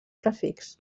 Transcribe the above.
prefix